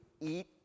eat